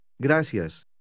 Gracias